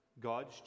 God's